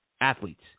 athletes